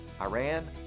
Iran